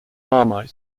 marmite